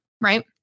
Right